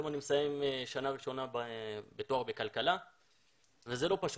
היום אני מסיים שנה ראשונה בתואר בכלכלה וזה לא פשוט.